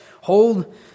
Hold